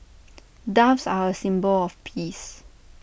doves are A symbol of peace